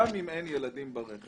גם אם אין ילדים ברכב.